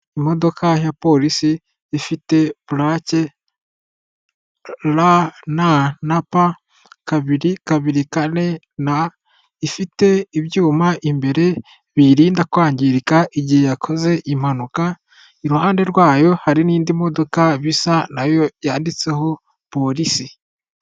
Imodoka ya polisi ifite purake RNP 224N, ifite ibyuma imbere birinda kwangirika; igihe yakoze impanuka, iruhande rwayo hari n'indi modoka bisa, na yo yanditseho polisi.